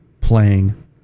playing